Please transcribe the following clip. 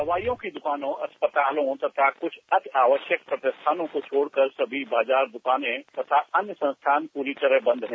दवाइयों की दुकानों अस्पतालों तथा कुछ अति आवश्यक प्रतिष्ठानों को छोड़कर सभी बाजार दुकानें तथा अन्य संस्थान पूरी तरह बंद है